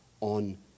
on